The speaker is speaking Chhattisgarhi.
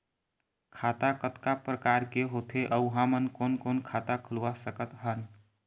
खाता कतका प्रकार के होथे अऊ हमन कोन कोन खाता खुलवा सकत हन?